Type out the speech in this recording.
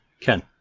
Ken